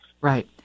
right